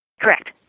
Correct